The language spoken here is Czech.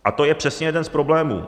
A to je přesně jeden z problémů.